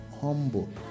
humble